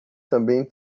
também